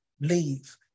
leave